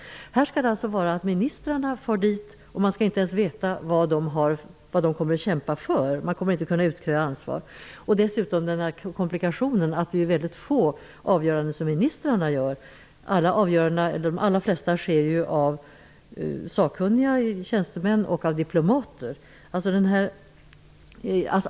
Men här skall det alltså gå till så att ministrarna far dit, och man skall inte ens få veta vad de kommer att kämpa för; man kommer inte att kunna utkräva ansvar. Till det kommer komplikationen att det är mycket få avgöranden som ministrarna själva träffar. De allra flesta avgöranden görs av sakkunniga tjänstemän och diplomater.